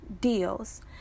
deals